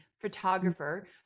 photographer